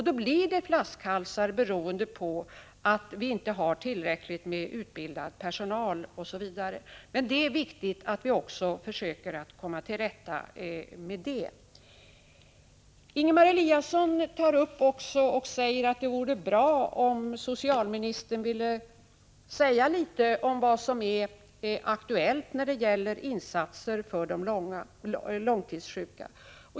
Då blir det flaskhalsar, beroende på att vi inte har tillräckligt med utbildad personal osv. Det är viktigt att vi försöker komma till rätta också med detta. Ingemar Eliasson tyckte att det vore bra om socialministern ville säga något om vad som är aktuellt när det gäller insatser för de långtidssjuka.